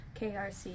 KRC